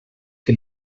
que